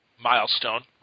Milestone